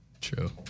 True